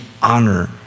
honor